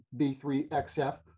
B3XF